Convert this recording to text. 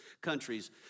countries